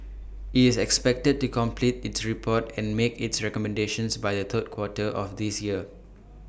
IT is expected to complete its report and make its recommendations by the third quarter of this year